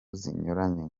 zinyuranye